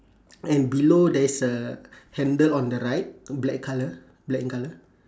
and below there is a handle on the right black colour black in colour